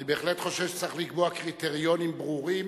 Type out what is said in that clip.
אני בהחלט חושב שצריך לקבוע קריטריונים ברורים,